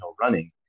running